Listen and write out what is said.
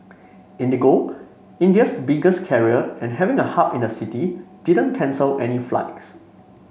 IndiGo India's biggest carrier and having a hub in the city didn't cancel any flights